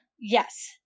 Yes